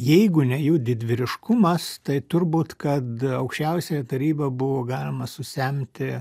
jeigu ne jų didvyriškumas tai turbūt kad aukščiausiąją tarybą buvo galima susemti